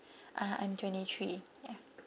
uh I'm twenty three ya